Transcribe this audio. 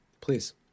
Please